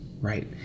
right